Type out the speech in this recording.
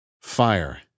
fire